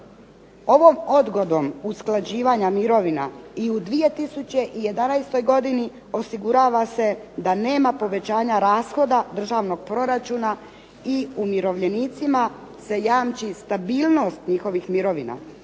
ovom odgodom usklađivanja mirovina i u 2011. godini osigurava se da nema povećanja rashoda državnog proračuna i umirovljenicima se jamči stabilnost njihovih mirovina